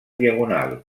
diagonal